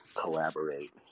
collaborate